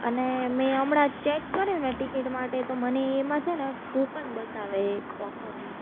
અને મેં હમણાં ચેક કર્યું ને ટિકિટ માટે તો મને એમાં છે ને કુપન બતાવે એક ઓફરની